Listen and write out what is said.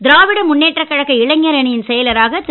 திராவிட முன்னேற்ற கழக இளைஞர் அணியின் செயலராக திரு